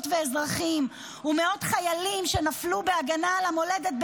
ואזרחים ומאות חיילים שנפלו בהגנה על המולדת,